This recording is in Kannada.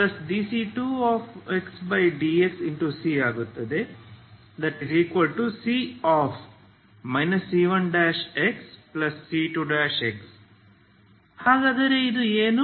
cc c1xc2 ಹಾಗಾದರೆ ಇದು ಏನು